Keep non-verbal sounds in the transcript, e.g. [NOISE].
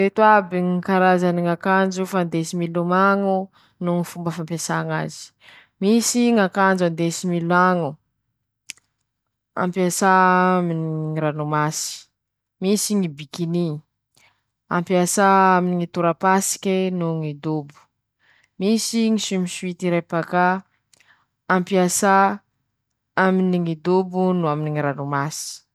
Ñy tombo-tsoa mmm fampiasa ñy fihinana aminy ñy hazo kely natao hitanjaha sakafo mba tsy ho latsa-datsaky, ñy fampiasa ñy sotro [SHUSHES] rovitse noho ñy meso :sotro rovitse natao hitanjana hany, manahaky teña mihinan-kena reñy, ñy meso natao handiliha hena aminy ñy finga a.